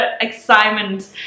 excitement